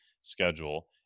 schedule